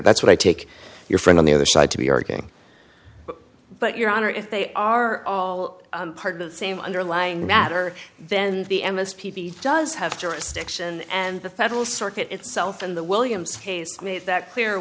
that's what i take your friend on the other side to be arguing but your honor if they are all part of the same underlying matter then the emmis peavy does have jurisdiction and the federal circuit itself in the williams case made that clear